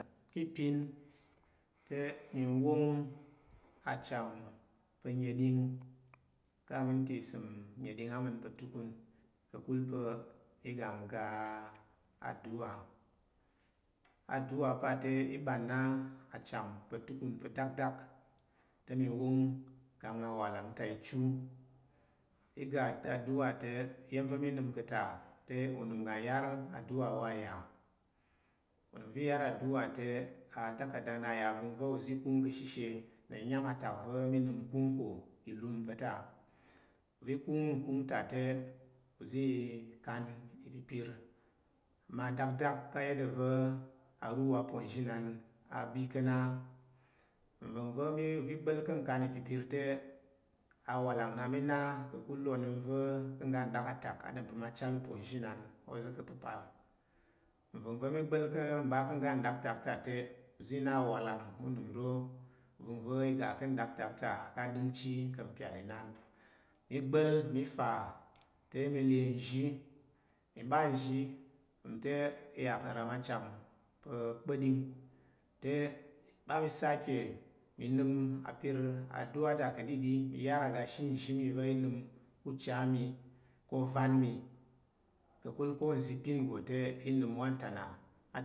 Ki ipin te mi wong achem pa̱ neɗing ka minti isem neɗing a ma̱n pa̱ tukun ka̱kul pa̱ iga ngga aduwa aduwa pa te i ɓan na acham pa̱ tukun dakdak te mi wong kang awalang te i chu iga aduwa te iya̱m va̱ mi nəm ka̱ ta te unəm uga nyar aduwa wa ya onəm va̱ i yar aduwa ta atakada na ya vəng va̱ uzi kung ka̱shishe na nyam atak va̱ mi nəm nkung ko ki ilum va̱ ta uvi kung nkung ta te uzi kan ipipir ma dakdak ka yada va̱ aruhu aponzinan a bi ka̱ na nvəng va̱ mi gba̱l ka kan pipir te awalang na mi na ka̱kul onəm va̱ ka nɗaktak a ɗom nəm chal uponzhinan ozo ka pəpal unvəng va̱ mi gba̱l ka̱ ngga nɗaktak ta te, uzi na awalang unəm ro uvəng va̱ iga ka nɗaktak ta ka ɗəngchi ka̱ mpyal inan. Mi gba̱l mi fa te mi le nzhi mi ɓa nzhi ɗom te iya ka ram acham pa̱ kpəɗing te na mi sake mi nəm apir aduwa ta ka̱ɗiɗi mi yar aga ashe nzhi mi va̱ mi nəm ku cha mi ko ovan mi ka̱kul ko nza̱ ipin nggo te i nəm wanta na.